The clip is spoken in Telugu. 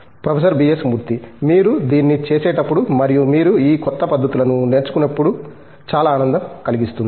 ప్రొఫెసర్ బిఎస్ మూర్తి మీరు దీన్ని చేసేటప్పుడు మరియు మీరు ఈ కొత్త పద్ధతులను నేర్చుకున్నప్పుడు చాలా ఆనందం కలిగిస్తుంది